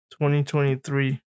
2023